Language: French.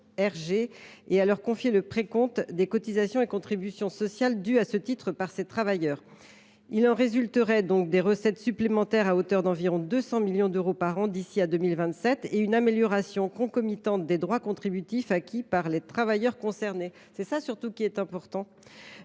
et de leur confier le précompte des cotisations et contributions sociales dues à ce titre par ces travailleurs. Il en résulterait des recettes supplémentaires à hauteur d’environ 200 millions d’euros par an d’ici à 2027 et une amélioration concomitante des droits contributifs – c’est important !– acquis par les travailleurs concernés, qui, à recourir trop souvent à